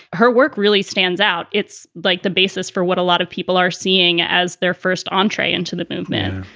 her work really stands out. it's like the basis for what a lot of people are seeing as their first entree into the movement.